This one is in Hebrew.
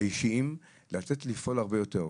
האישיות, לתת ולפעול הרבה יותר.